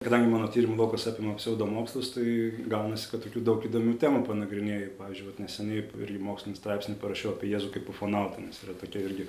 kadangi mano tyrimų laukas apima pseudomokslus tai gaunasi kad tokių daug įdomių temų panagrinėju pavyzdžiui vat neseniai irgi mokslinį straipsnį parašiau apie jėzų kaip ufonautą nes yra tokia irgi